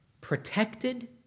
protected